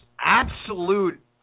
absolute